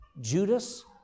Judas